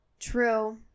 True